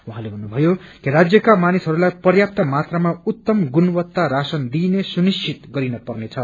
उहाँले भन्नुभ्यो कि राज्यका मानिसहरूलाई पर्याप्त मात्रमा उत्तम गुणवत्ता राशनद दिइने सुनिश्चित गरिन पर्नेछ